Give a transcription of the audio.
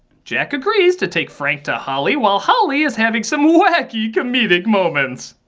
jack agrees to take frank to holli while holli is having some wacky comedic moments.